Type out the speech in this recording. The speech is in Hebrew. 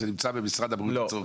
זה נמצא במשרד הבריאות.